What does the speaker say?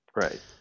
right